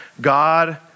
God